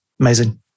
Amazing